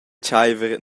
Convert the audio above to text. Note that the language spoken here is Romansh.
tscheiver